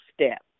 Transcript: step